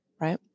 Right